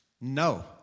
No